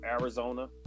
arizona